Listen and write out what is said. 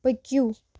پٔکِو